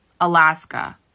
Alaska